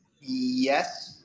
Yes